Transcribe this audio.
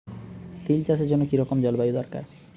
তিল চাষের জন্য কি রকম জলবায়ু দরকার?